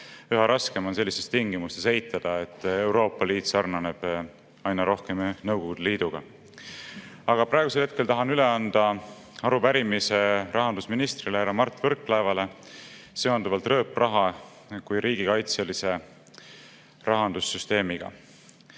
Üha raskem on sellistes tingimustes eitada, et Euroopa Liit sarnaneb aina rohkem Nõukogude Liiduga. Aga praegusel hetkel tahan üle anda arupärimise rahandusministrile härra Mart Võrklaevale seonduvalt rööpraha kui riigikaitselise rahandussüsteemiga. Elame